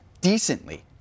decently